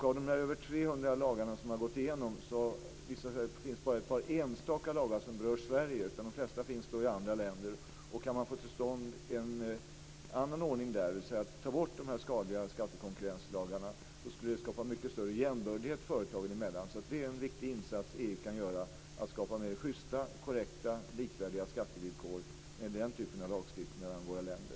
Av dessa över 300 lagar som man har gått igenom visar det sig att det bara finns några enstaka lagar som berör Sverige. De flesta finns i andra länder. Och om man kan få till stånd en annan ordning där, dvs. att ta bort dessa skadliga skattekonkurrenslagar, så skulle det skapa mycket större jämbördighet företagen emellan. Det är alltså en viktig insats som EU kan göra, att skapa mer schysta, korrekta och likvärdiga skattevillkor med den typen av lagstiftning mellan våra länder.